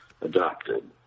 adopted